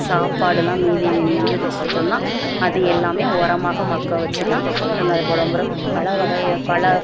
சாப்பாடுலாம் மீதி மீந்துருச்சுன்னு சொன்னால் அது எல்லாம் உரமாக மக்க வச்சிதான் நாங்கள் அதை போடுவோம் அப்புறம் பழவகை பல